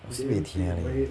sibeh tia leh